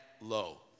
low